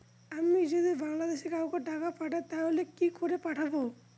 আমি যদি বাংলাদেশে কাউকে টাকা পাঠাই তাহলে কি করে পাঠাবো?